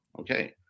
okay